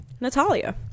Natalia